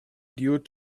dude